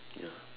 ya